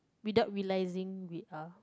without realising we are